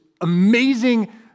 amazing